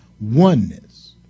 oneness